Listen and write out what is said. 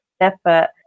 effort